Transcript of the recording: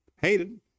Hated